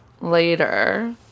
later